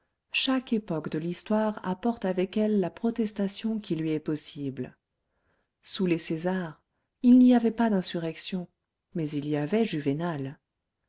chaque époque de l'histoire apporte avec elle la protestation qui lui est possible sous les césars il n'y avait pas d'insurrection mais il y avait juvénal